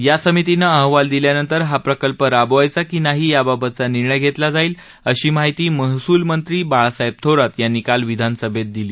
या समितीनं अहवाल दिल्यानंतर हा प्रकल्प राबवावयाचा की नाही याबाबतचा निर्णय घेतला जाईल अशी माहिती महसूल मंत्री बाळासाहेब थोरात यांनी काल विधानसभेत दिली